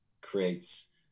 creates